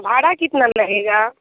भाड़ा कितना लगेगा